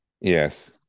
Yes